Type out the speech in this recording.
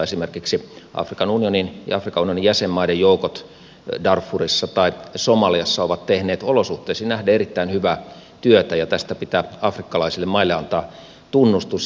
esimerkiksi afrikan unionin ja afrikan unionin jäsenmaiden joukot darfurissa tai somaliassa ovat tehneet olosuhteisiin nähden erittäin hyvää työtä ja tästä pitää afrikkalaisille maille antaa tunnustus